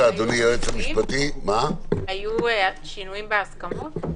היו שינויים בהסכמות?